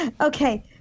Okay